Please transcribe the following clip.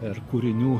ir kūrinių